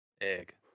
egg